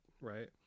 right